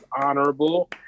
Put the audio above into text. honorable